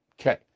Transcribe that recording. Okay